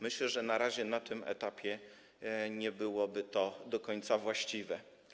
Myślę, że na razie na tym etapie nie byłoby to do końca właściwe.